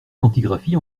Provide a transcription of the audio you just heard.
quantigraphies